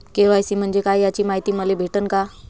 KYC म्हंजे काय याची मायती मले भेटन का?